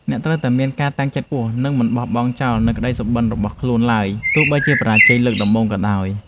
អ្នកត្រូវតែមានការតាំងចិត្តខ្ពស់និងមិនត្រូវបោះបង់ចោលនូវក្តីសុបិនរបស់ខ្លួនឡើយទោះបីជាបរាជ័យលើកដំបូងក៏ដោយ។